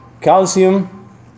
Calcium